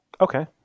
Okay